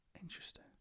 Interesting